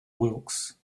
wilkes